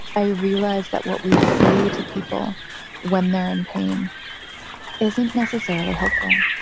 i realize that what we say to people when they're in pain isn't necessarily helpful.